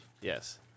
Yes